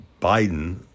Biden